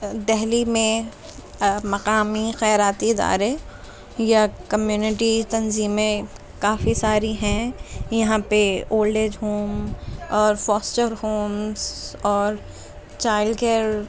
دہلی میں مقامی خیراتی ادارے یا کمیونیٹی تنظیمیں کافی ساری ہیں یہاں پہ اولڈ ایج ہوم اور فاسچر ہومس اور چائلڈ کیئر